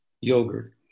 yogurt